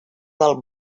del